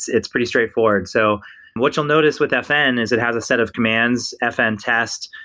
it's pretty straightforward. so what you'll notice with fn is it has a set of commands, fn tests,